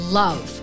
love